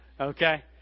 okay